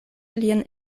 lian